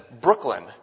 Brooklyn